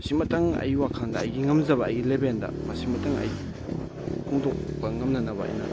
ꯁꯤꯃꯇꯪ ꯑꯩꯒꯤ ꯋꯥꯈꯜꯗ ꯑꯩꯒꯤ ꯉꯝꯖꯕ ꯑꯩꯒꯤ ꯂꯦꯕꯦꯟꯗ ꯃꯁꯤꯃꯇꯪ ꯑꯩ ꯍꯣꯡꯗꯣꯛꯄ ꯉꯝꯅꯅꯕ ꯑꯩꯅ